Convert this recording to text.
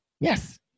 Yes